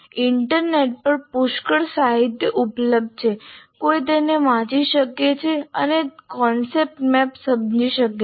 internet પર પુષ્કળ સાહિત્ય ઉપલબ્ધ છે કોઈ તેને વાંચી શકે છે અને કોન્સેપ્ટ મેપ સમજી શકે છે